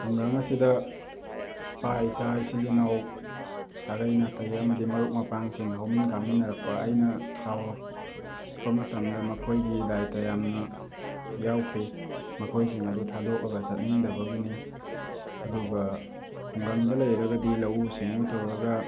ꯈꯨꯡꯒꯪ ꯑꯁꯤꯗ ꯏꯄꯥ ꯏꯆꯥ ꯏꯆꯤꯜ ꯏꯅꯥꯎ ꯁꯥꯒꯩ ꯅꯥꯇꯩ ꯑꯃꯗꯤ ꯃꯔꯨꯞ ꯃꯄꯥꯡꯁꯤꯡ ꯍꯧꯃꯤꯟ ꯀꯥꯃꯤꯟꯅꯔꯛꯄ ꯑꯩꯅ ꯆꯥꯎꯔꯛꯄ ꯃꯇꯝꯗ ꯃꯈꯣꯏꯒꯤ ꯗꯥꯏꯇ ꯌꯥꯝꯅ ꯌꯥꯎꯈꯤ ꯃꯈꯣꯏꯁꯤꯡ ꯑꯗꯨ ꯊꯥꯗꯣꯛꯑꯒ ꯆꯠꯅꯤꯡꯗꯕꯒꯤꯅꯤ ꯑꯗꯨꯒ ꯈꯨꯡꯒꯪꯗ ꯂꯩꯔꯒꯗꯤ ꯂꯧꯎ ꯁꯤꯡꯎ ꯇꯧꯔꯒ